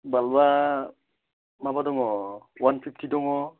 बाल्बआ माबा दङ वानफिफ्टि दङ